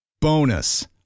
Bonus